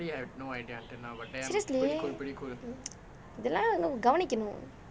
seriously இது எல்லாம் வந்து கவனிக்கணும்:ithu ellaam vanthu kavanikkanum